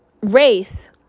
Race